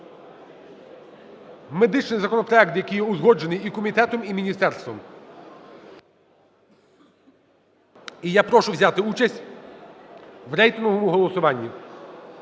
Медичний законопроект, який є узгоджений і комітетом, і міністерством. І я прошу взяти участь в рейтинговому голосуванні.